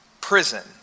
prison